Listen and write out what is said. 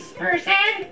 person